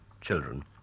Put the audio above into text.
children